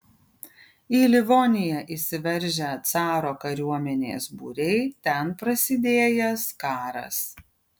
į livoniją įsiveržę caro kariuomenės būriai ten prasidėjęs karas